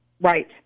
Right